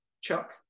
Chuck